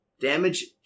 Damage